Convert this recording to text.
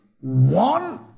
one